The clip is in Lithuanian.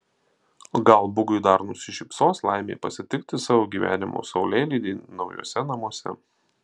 gal bugui dar nusišypsos laimė pasitikti savo gyvenimo saulėlydį naujuose namuose